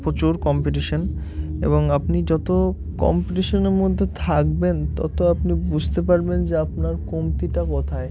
প্রচুর কম্পিটিশান এবং আপনি যত কম্পিটিশান মধ্যে থাকবেন তত আপনি বুঝতে পারবেন যে আপনার কমতিটা কোথায়